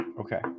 okay